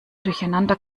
durcheinander